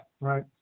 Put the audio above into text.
right